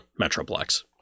Metroplex